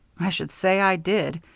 i should say i did.